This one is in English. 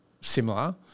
similar